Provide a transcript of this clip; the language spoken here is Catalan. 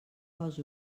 dels